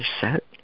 set